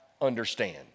understand